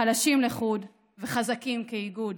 חלשים לחוד וחזקים כאיגוד.